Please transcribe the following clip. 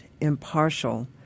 impartial